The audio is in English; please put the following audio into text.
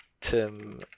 tim